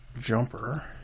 jumper